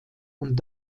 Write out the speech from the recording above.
und